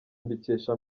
mbikesha